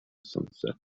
sunset